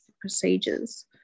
procedures